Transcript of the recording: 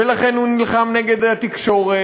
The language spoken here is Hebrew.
ולכן הוא נלחם נגד התקשורת,